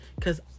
cause